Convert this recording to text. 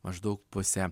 maždaug pusę